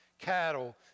cattle